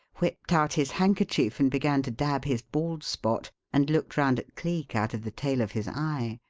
whipped out his handkerchief and began to dab his bald spot, and looked round at cleek out of the tail of his eye.